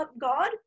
God